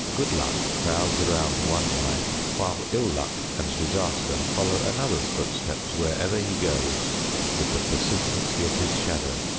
good luck crowds around one life, while ill luck and disaster follow another's footsteps wherever he goes with the persistency of his shadow.